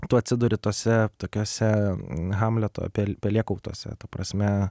tu atsiduri tuose tokiuose hamleto pėl pelėkautuose ta prasme